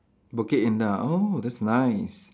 Bukit Indah oh that's nice